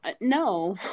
no